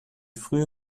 frühe